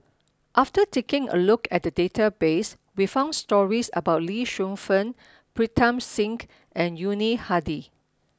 after taking a look at the database we found stories about Lee Shu Fen Pritam Singh and Yuni Hadi